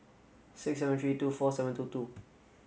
six seven three two four seven two two